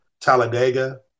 Talladega